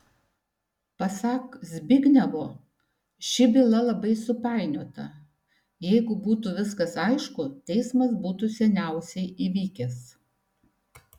pasak zbignevo ši byla labai supainiota jeigu būtų viskas aišku teismas būtų seniausiai įvykęs